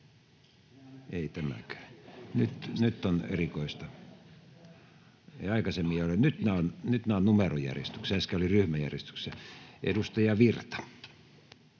Ei tämäkään. Nyt on erikoista. — Nyt nämä ovat numerojärjestyksessä, äsken olivat ryhmäjärjestyksessä. — Edustaja Virta.